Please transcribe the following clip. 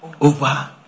over